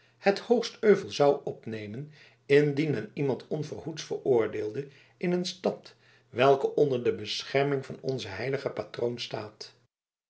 het hoogst euvel zou opnemen indien men iemand onverhoeds veroordeelde in een stad welke onder de bescherming van onzen heiligen patroon staat